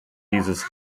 dieses